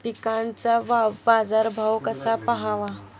पिकांचा बाजार भाव कसा पहावा?